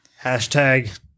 Hashtag